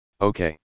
Okay